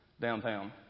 downtown